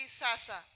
sasa